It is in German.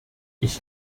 ich